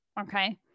okay